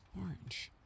Orange